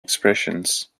expressions